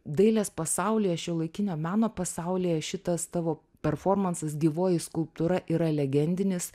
dailės pasaulyje šiuolaikinio meno pasaulyje šitas tavo performansas gyvoji skulptūra yra legendinis